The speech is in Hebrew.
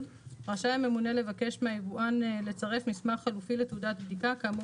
רשאי הממונה לבקש מהיבואן לצרף מסמך חלופי לתעודת הבדיקה כאמור